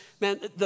man